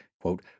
quote